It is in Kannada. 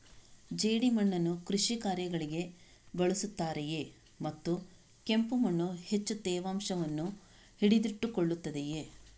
ಜೇಡಿಮಣ್ಣನ್ನು ಕೃಷಿ ಕಾರ್ಯಗಳಿಗೆ ಬಳಸುತ್ತಾರೆಯೇ ಮತ್ತು ಕೆಂಪು ಮಣ್ಣು ಹೆಚ್ಚು ತೇವಾಂಶವನ್ನು ಹಿಡಿದಿಟ್ಟುಕೊಳ್ಳುತ್ತದೆಯೇ?